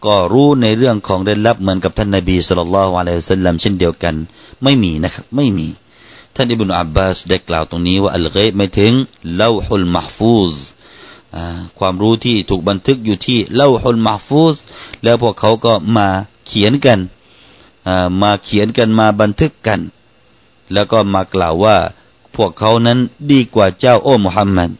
ก็รู้ในเรื่องของเร้นลับเหมือนกับท่านนบีสลัลลอฮุอะลัยวะสัลลัมเช่นเดียวกัน? ไม่มีนะครับ ไม่มี ท่านอิบนุอับบาสได้กล่าวตรงนี้ว่าอัลเกฟหมายถึงเล่าฮุลมาฟูซ์ อ่า ความรู้ที่ถูกบันทึกอยู่ที่เล่าฮุลมาฟูซ์ แล้วพวกเขาก็มาเขียนกัน อ่า มาเขียนกัน มาบันทึกกัน แล้วก็มากล่าวว่าพวกเขานั้นดีกว่าเจ้า โอ้มูฮัมมัด